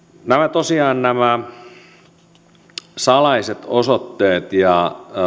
tosiaan salaiset osoitteet ja